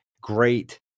great